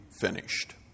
finished